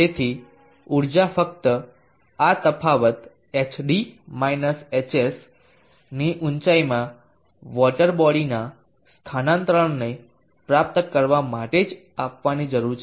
તેથી ઊર્જા ફક્ત આ તફાવત hd hs ની ઊંચાઇમાં વોટર બોડીના સ્થાનાંતરણને પ્રાપ્ત કરવા માટે જ આપવાની જરૂર છે